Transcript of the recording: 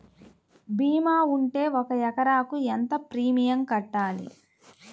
భీమా ఉంటే ఒక ఎకరాకు ఎంత ప్రీమియం కట్టాలి?